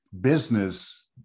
business